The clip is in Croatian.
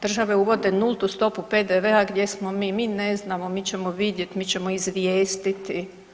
Države uvode nultu stopu PDV-a, gdje smo mi, mi ne znamo, mi ćemo vidjet, mi ćemo izvijestiti.